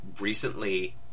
recently